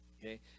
okay